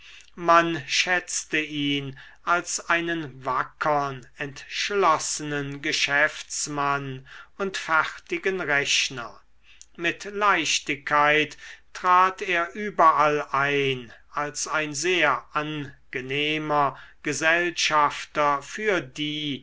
man schätzte ihn als einen wackern entschlossenen geschäftsmann und fertigen rechner mit leichtigkeit trat er überall ein als ein sehr angenehmer gesellschafter für die